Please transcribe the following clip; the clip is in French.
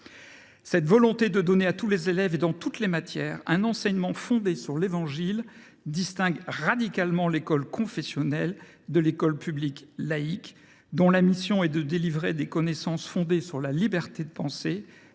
Cette volonté de dispenser à tous les élèves et dans toutes les matières un enseignement fondé sur l’Évangile distingue radicalement l’école confessionnelle de l’école publique laïque, dont la mission est de délivrer des connaissances fondées sur la liberté de pensée,